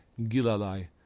Gilalai